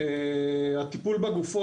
הטיפול בפגרים,